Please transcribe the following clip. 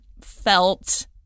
felt